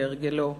כהרגלו: